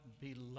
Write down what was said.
beloved